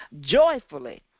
joyfully